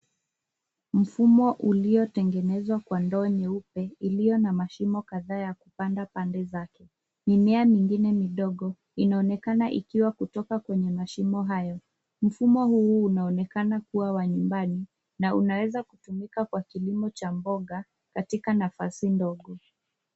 Mfumo uliotengenezwa kwa ndoo nyeupe iliyo na mashimo kadhaa ya kupanda pande zake. Mimea nyingine midogo inaonekana ikiwa kutoka kwenye mashimo hayo. Mfumo huu unaonekana kuwa wa nyumbani na unaweza kutumika kwa kilimo cha mboga katika nafasi ndogo.